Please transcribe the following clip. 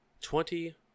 Twenty